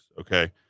okay